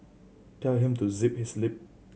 tell him to zip his lip